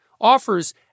offers